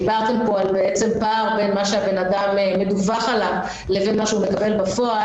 דיברתם על הפער בין מה שמדווח על האדם לבין מה שהוא מקבל בפועל.